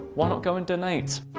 why not go and donate.